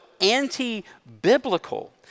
anti-biblical